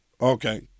Okay